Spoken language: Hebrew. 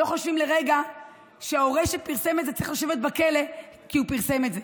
לא חושב לרגע שההורה שפרסם את זה צריך לשבת בכלא כי הוא פרסם את זה.